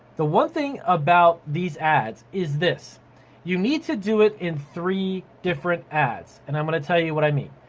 the one thing about these ads is this you need to do it in three different ads and i'm gonna tell you what i mean.